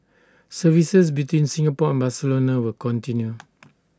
services between Singapore and Barcelona will continue